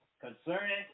Concerning